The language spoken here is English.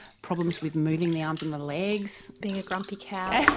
problems with moving the arms and the legs. being a grumpy cow.